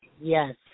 Yes